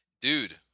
Dude